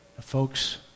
Folks